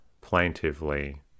plaintively